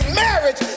marriage